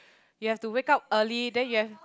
you have to wake up early then you have